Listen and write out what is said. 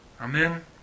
Amen